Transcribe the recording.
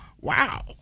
Wow